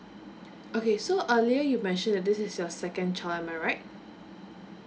okay so earlier you mentioned that this is your second child am I right